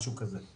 משהו כזה.